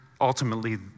ultimately